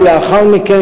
ולאחר מכן,